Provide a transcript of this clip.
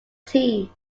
team